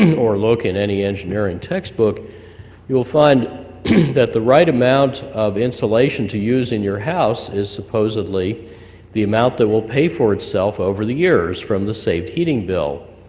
and or look at any engineering textbook you'll find that the right amount of insulation to use in your house is supposedly the amount that will pay for itself over the years from the saved heating bill,